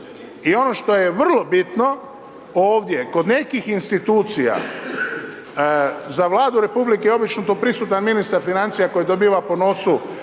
I ono što je vrlo bitno ovdje, kod nekih institucija za Vladu RH obično je tu prisutan financija koji dobiva po nosu